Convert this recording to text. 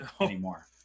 anymore